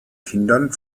kindern